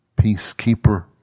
peacekeeper